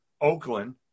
Oakland